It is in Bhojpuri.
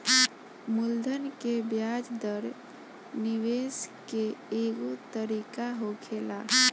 मूलधन के ब्याज दर निवेश के एगो तरीका होखेला